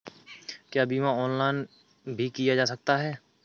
क्या बीमा ऑनलाइन भी किया जा सकता है?